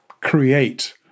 create